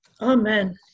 amen